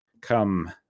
come